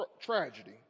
tragedy